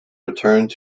returned